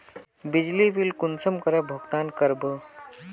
बिजली बिल कुंसम करे भुगतान कर बो?